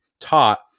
taught